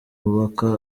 kubaka